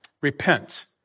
Repent